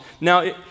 Now